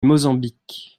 mozambique